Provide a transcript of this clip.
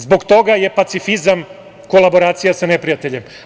Zbog toga je pacifizam kolaboracija sa neprijateljem.